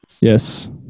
Yes